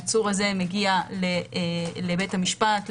העצור הזה מגיע לבית המשפט,